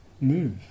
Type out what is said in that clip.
move